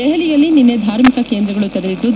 ದೆಹಲಿಯಲ್ಲಿ ನಿನ್ನೆ ಧಾರ್ಮಿಕ ಕೇಂದ್ರಗಳು ತೆರೆದಿದ್ದು